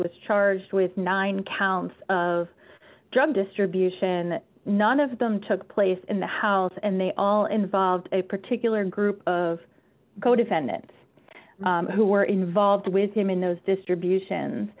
was charged with nine counts of drug distribution none of them took place in the house and they all involved a particular group of co defendants who were involved with him in those distributions